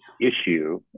issue